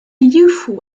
youthful